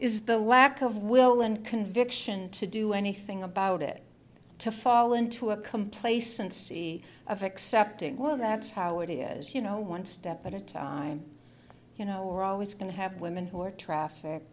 is the lack of will and conviction to do anything about it to fall into a complacency of accepting well that's how it is you know one step at a time you know we're always going to have women who are traffic